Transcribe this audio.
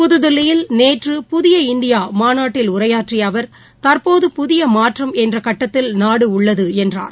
புதுதில்லியில் நேற்று புதிய இந்தியாமாநாட்டில் உரையாற்றியஅவர் தற்போது புதியமாற்றம் என்றகட்டத்தில் நாடுஉள்ளதுஎன்றார்